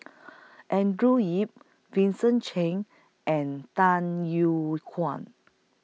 Andrew Yip Vincent Cheng and Dan Yew Kuan